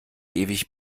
ewig